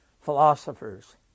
philosophers